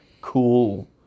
cool